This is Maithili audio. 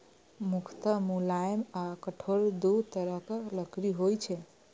मुख्यतः मुलायम आ कठोर दू तरहक लकड़ी होइ छै